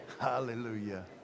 Hallelujah